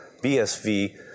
BSV